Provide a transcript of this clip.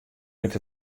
rint